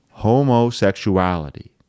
homosexuality